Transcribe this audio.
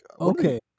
okay